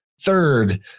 third